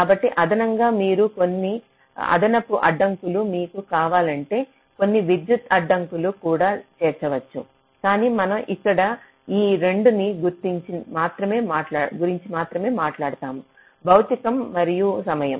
కాబట్టి అదనంగా మీరు కొన్ని అదనపు అడ్డంకులు మీకు కావాలంటే కొన్ని విద్యుత్ అడ్డంకులు కూడా చేర్చవచ్చు కాని మనం ఇక్కడ ఈ 2 ని గురించి మాత్రమే మాట్లాడుతాము భౌతిక మరియు సమయం